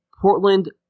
Portland